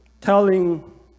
telling